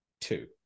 two